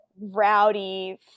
rowdy